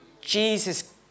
Jesus